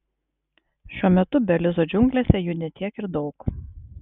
šiuo metu belizo džiunglėse jų ne tiek ir daug